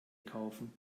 kaufen